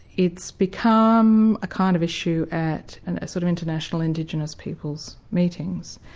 it's become a kind of issue at and ah sort of international indigenous peoples meetings,